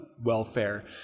welfare